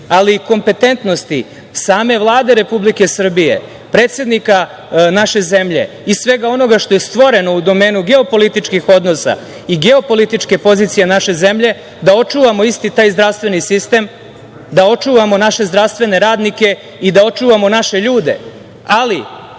ali i kompetentnosti same Vlade Republike Srbije, predsednika naše zemlje i svega onoga što je stvoreno u domenu geopolitičkih odnosa i geopolitičke pozicije naše zemlje, da očuvamo isti taj zdravstveni sistem, da očuvamo naše zdravstvene radnike i da očuvamo naše ljude, ali